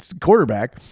quarterback